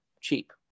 cheap